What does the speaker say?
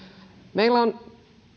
meillä on